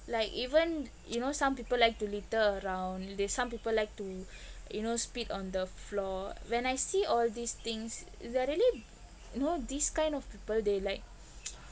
like even you know some people like to litter around there some people like to you know spit on the floor when I see all these things there are really you know this kind of people they like